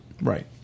Right